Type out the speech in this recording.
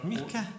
Mikä